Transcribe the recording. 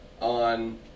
on